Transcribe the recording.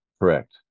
Correct